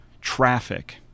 traffic